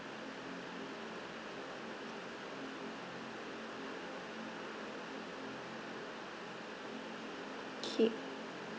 K